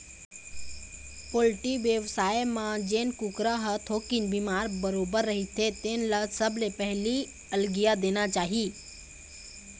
poultry बेवसाय म जेन कुकरा ह थोकिन बिमार बरोबर रहिथे तेन ल सबले पहिली अलगिया देना चाही